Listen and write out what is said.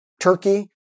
Turkey